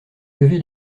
lever